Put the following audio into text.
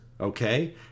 Okay